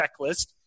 checklist